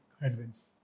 headwinds